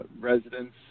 residents